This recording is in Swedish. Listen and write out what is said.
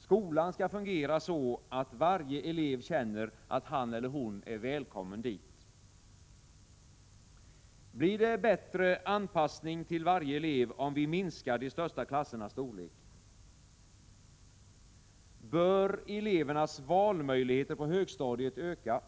Skolan skall fungera så, att varje elev känner att han eller hon är välkommen dit. Blir det bättre anpassning till varje elev om vi minskar de största klassernas storlek? Bör elevernas valmöjligheter på högstadiet öka?